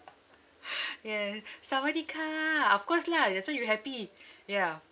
ya sawadeeka of course lah that's why you happy ya